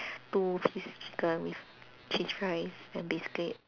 two piece chicken with cheese fries and basically